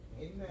Amen